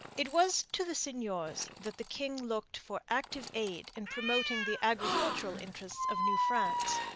it was to the seigneurs that the king looked for active aid in promoting the agricultural interests of new france.